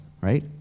right